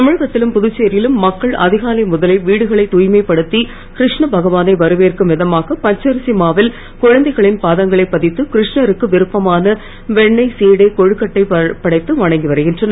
தமிழகத்திலும் புதுச்சேரியிலும் மக்கள் அதிகாலை முதலே வீடுகளை தூய்மைப்படுத்தி கிருஷ்ண பகாவானை வரவேற்கும் விதமாக பச்சரிசி மாவில் குழந்தைகளின் பாதங்களை பதித்து கிருஷ்ணருக்கு விருப்பமான வெண்ணெய் சீடை கொழுக்கட்டை படைத்து வணங்கி வருகின்றனர்